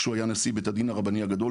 כשהוא היה נשיא בית הדין הרבני הגדול